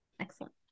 excellent